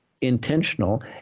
intentional